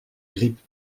grippe